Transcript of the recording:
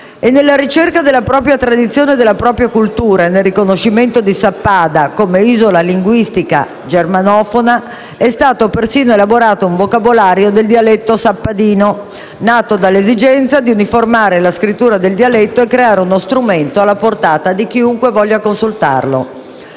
Nella ricerca della propria tradizione e della propria cultura e nel riconoscimento di Sappada come isola linguistica germanofona è stato elaborato persino un vocabolario del dialetto sappadino, nato dall'esigenza di uniformare la scrittura del dialetto e di creare uno strumento alla portata di chiunque voglia consultarlo.